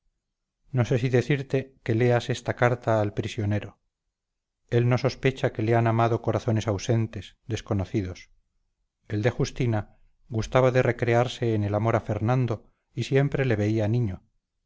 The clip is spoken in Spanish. no sé si decirte que le leas esta carta al prisionero él no sospecha que le han amado corazones ausentes desconocidos el de justina gustaba de recrearse en el amor a fernando y siempre le veía niño